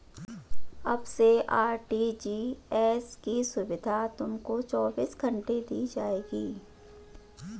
अब से आर.टी.जी.एस की सुविधा तुमको चौबीस घंटे दी जाएगी